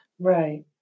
Right